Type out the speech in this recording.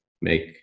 make